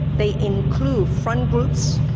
they include front groups,